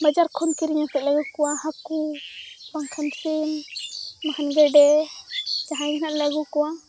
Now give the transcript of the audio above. ᱵᱟᱡᱟᱨ ᱠᱷᱚᱱ ᱠᱤᱨᱤᱧ ᱟᱛᱮᱫᱞᱮ ᱞᱟᱹᱜᱩᱠᱚᱣᱟ ᱦᱟᱠᱩ ᱵᱟᱝᱠᱷᱟᱱ ᱥᱤᱢ ᱵᱟᱝᱠᱷᱟᱱ ᱜᱮᱰᱮ ᱡᱟᱦᱟᱸᱭ ᱡᱟᱦᱟᱸᱭᱜᱮ ᱱᱟᱦᱟᱜᱞᱮ ᱞᱟᱹᱜᱩᱠᱚᱣᱟ